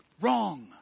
wrong